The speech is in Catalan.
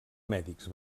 mèdics